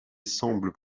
semble